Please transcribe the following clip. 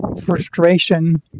frustration